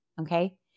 Okay